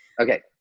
Okay